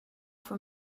for